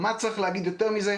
מהצריך להגיד יותר מזה,